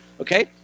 okay